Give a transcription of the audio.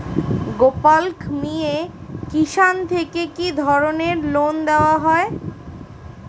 গোপালক মিয়ে কিষান থেকে কি ধরনের লোন দেওয়া হয়?